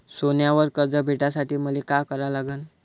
सोन्यावर कर्ज भेटासाठी मले का करा लागन?